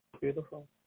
beautiful